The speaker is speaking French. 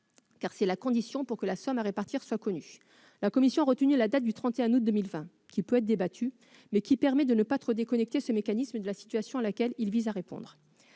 car c'est la condition pour que la somme à répartir soit connue. La commission a retenu la date du 31 août 2020, qui peut être débattue, mais qui permet de ne pas trop déconnecter ce mécanisme de la situation à laquelle il s'agit de répondre.